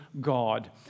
God